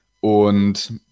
und